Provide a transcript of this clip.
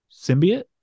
Symbiote